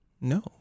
No